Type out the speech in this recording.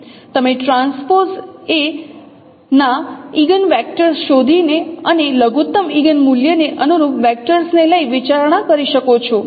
તમે ટ્રાન્સપોઝ એ ના ઇગિન વેક્ટર્સ શોધીને અને લઘુતમ ઇગિન મૂલ્યને અનુરૂપ વેક્ટરને લઈ વિચારણા કરી શકો છો